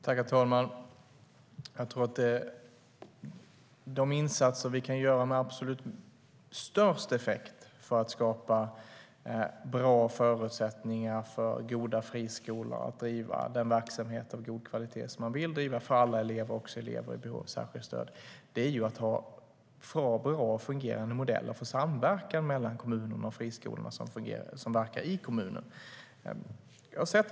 Herr talman! Jag tror att det som har absolut störst effekt när det gäller att skapa bra förutsättningar för goda friskolor att driva verksamhet av god kvalitet - som man vill driva för alla elever, också elever i behov av särskilt stöd - är att ha bra och fungerande modeller för samverkan mellan kommunen och de friskolor som verkar i kommunen.